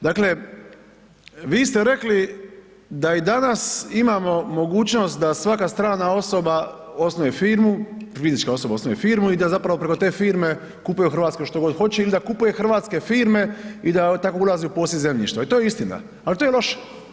Dakle, vi ste rekli da i danas imamo mogućnost da svaka strana osoba osnuje firmu, fizička osoba osnuje firmu, i da zapravo preko te firme kupuje u Hrvatskoj što god hoće ili da kupuje hrvatske firme i da tako ulazi u posjed zemljišta, i to je istina, ali to je loše.